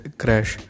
crash